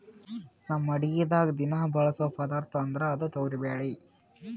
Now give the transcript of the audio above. ನಮ್ ಅಡಗಿದಾಗ್ ದಿನಾ ಬಳಸೋ ಪದಾರ್ಥ ಅಂದ್ರ ಅದು ತೊಗರಿಬ್ಯಾಳಿ